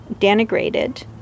denigrated